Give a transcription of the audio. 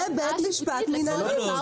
זה בית משפט מינהלי.